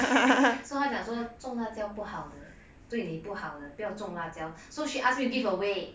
so 她讲说种辣椒不好的对你不好的不要种辣椒 so she ask me to give away